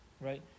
right